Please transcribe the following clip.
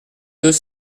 deux